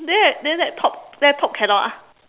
then then laptop laptop cannot ah